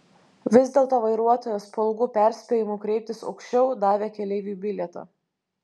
vis dėlto vairuotojas po ilgų perspėjimų kreiptis aukščiau davė keleiviui bilietą